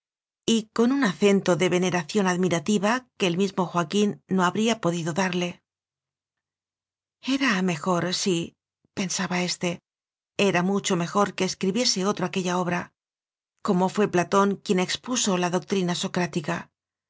y con un acento de veneración admirativa que el mismo joaquín no habría podido darle era mejor sípensaba ésteera mucho mejor que escribiese otro aquella obra como fué platón quien expuso la doctrina